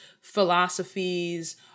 philosophies